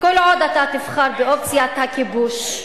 כל עוד אתה תבחר באופציית הכיבוש,